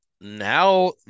Now